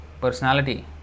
personality